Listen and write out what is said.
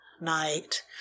night